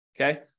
Okay